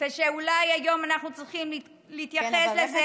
ושאולי היום אנחנו צריכים להתייחס לזה,